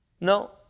no